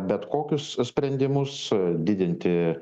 bet kokius sprendimus didinti